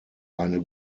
eine